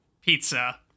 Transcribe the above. pizza